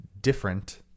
different